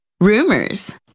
rumors